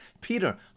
Peter